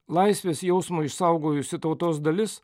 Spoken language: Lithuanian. laisvės jausmą išsaugojusi tautos dalis